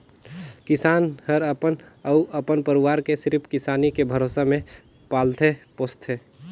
किसान हर अपन अउ अपन परवार ले सिरिफ किसानी के भरोसा मे पालथे पोसथे